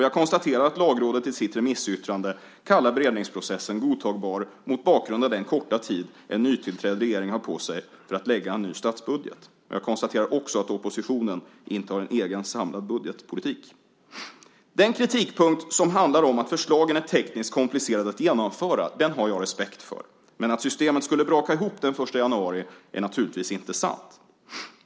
Jag konstaterar att Lagrådet i sitt remissyttrande kallar beredningsprocessen godtagbar mot bakgrund av den korta tid en nytillträdd regering har på sig för att lägga fram en ny statsbudget. Jag konstaterar också att oppositionen inte har en egen samlad budgetpolitik. Den kritikpunkt som handlar om att förslagen är tekniskt komplicerade att genomföra har jag respekt för, men att systemet skulle braka ihop den 1 januari är naturligtvis inte sant.